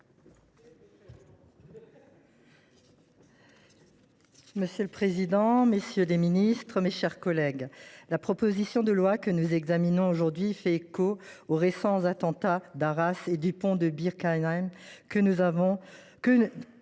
Monsieur le président, messieurs les ministres, mes chers collègues, la proposition de loi que nous examinons aujourd’hui fait écho aux récents attentats d’Arras et du pont de Bir Hakeim. Ils nous ont